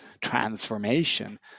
transformation